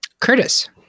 Curtis